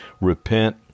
Repent